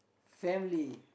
family